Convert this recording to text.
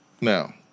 Now